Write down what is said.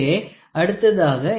இங்கே அடுத்ததாக என்னிடம் 1